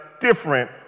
different